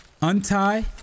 Untie